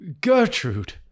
Gertrude